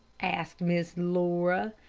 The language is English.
asked miss laura.